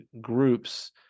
groups